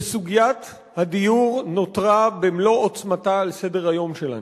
וסוגיית הדיור נותרה במלוא עוצמתה על סדר-היום שלנו.